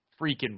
freaking